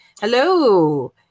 Hello